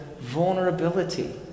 vulnerability